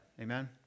Amen